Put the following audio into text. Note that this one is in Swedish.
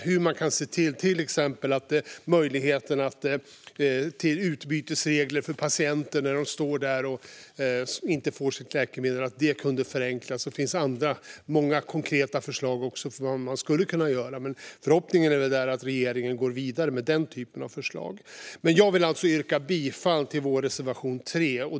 Det handlar till exempel om att utbytesregler för patienter när de inte får sitt läkemedel skulle kunna förenklas. Det finns också många andra konkreta förslag på vad man skulle kunna göra. Förhoppningen är väl att regeringen går vidare med den typen av förslag. Jag vill yrka bifall till reservation 3.